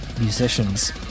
musicians